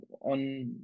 on